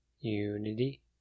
Unity